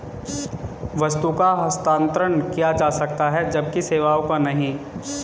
वस्तु का हस्तांतरण किया जा सकता है जबकि सेवाओं का नहीं